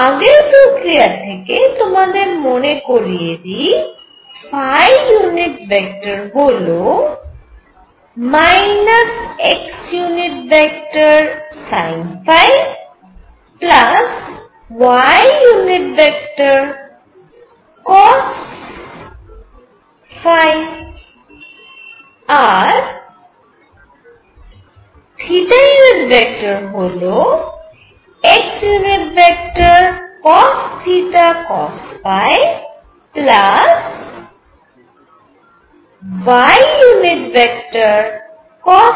আগের প্রক্রিয়া থেকে তোমাদের মনে করিয়ে দিই হল xsinϕycos আর হল xcosθcosϕycosθsinϕ zsin θ